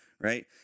right